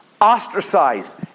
ostracized